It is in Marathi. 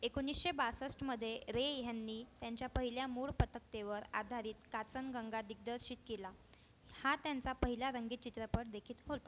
एकोणीसशे बासष्टमधे रे ह्यांनी त्यांच्या पहिल्या मूळ पटकथेवर आधारित कांचनगंगा दिग्दर्शित केला हा त्यांचा पहिला रंगीत चित्रपटदेखील होता